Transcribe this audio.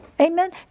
Amen